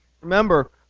Remember